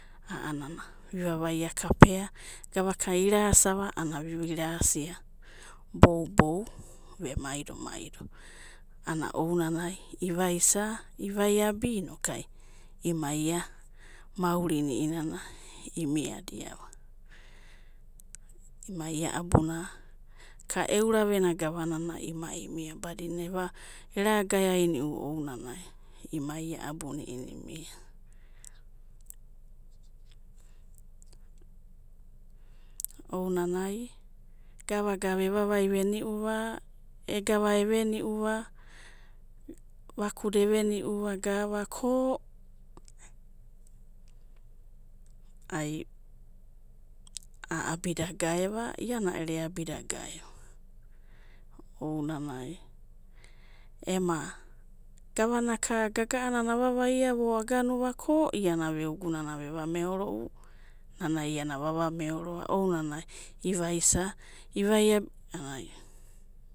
A'ana vi'vavaia kapea, gavaka ira'asiava, a'anana vira'asia, bou'bou, ivaisa, ivaiabia inokai imai ia maurina imiadava. Imai ia'abuna eura venia gavanana imai imiadava, era'gaeainiuva ounanai, imai ia abunai, imiava. Ounanai, gavagava evavai veniuva, egava eveniuva vakada eveniu'va ko, a'abida gaeva, iana ero eabida gaeva ounanai, emu gavana gaga'anana ava vavaiava ko iana veogu nana veva meoro'u nana iana vava'meoroa, ounanai ivaisa, ivaiabi.